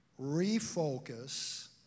refocus